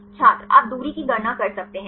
छात्र आप दूरी की गणना कर सकते हैं